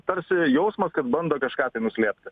tarsi jausmas kad bando kažką tai nuslėpt